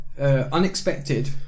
unexpected